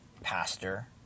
pastor